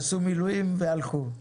עשו מילואים והלכו.